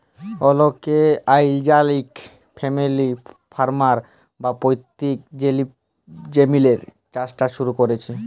অলেকে আইজকাইল family farm বা পৈত্তিক জমিল্লে চাষট শুরু ক্যরছে